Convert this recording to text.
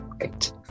right